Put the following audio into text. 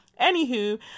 Anywho